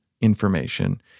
information